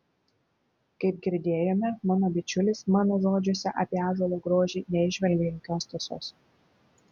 kaip girdėjome mano bičiulis mano žodžiuose apie ąžuolo grožį neįžvelgė jokios tiesos